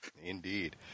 Indeed